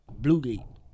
Bluegate